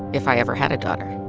if i ever had a daughter.